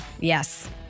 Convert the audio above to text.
Yes